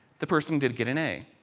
the person did get an a.